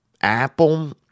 apple